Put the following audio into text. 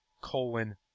colon